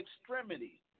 extremity